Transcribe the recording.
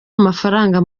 amafaranga